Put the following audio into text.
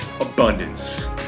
abundance